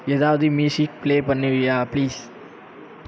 ஏதாவது music play பண்ணுவீயா please